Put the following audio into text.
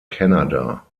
canada